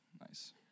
Nice